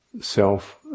self